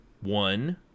one